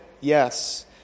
Yes